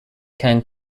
can